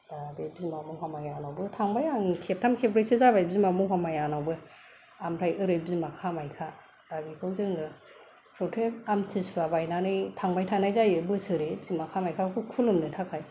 दा बे बिमा महामायानावबो थांबाय आं खेबथाम खेबब्रैसो जाबाय बिमा महामायानावबो ओमफ्राय ओरै बिमा कामायख्या दा बेखौ जोङो प्रत्येक आमतिसुवा बायनानै थांबाय थानाय जायो बोसोरै बिमा कामायख्याखौ खुलुमनो थाखाय